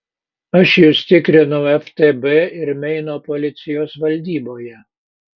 aš jus tikrinau ftb ir meino policijos valdyboje